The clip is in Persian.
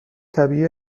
طبیعی